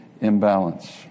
imbalance